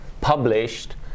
published